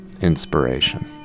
inspiration